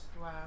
Wow